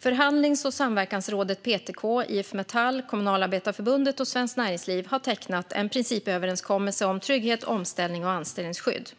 Förhandlings och samverkansrådet PTK, IF Metall, Kommunalarbetarförbundet och Svenskt Näringsliv har tecknat en principöverenskommelse om trygghet, omställning och anställningsskydd.